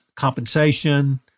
Compensation